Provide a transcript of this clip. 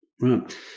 Right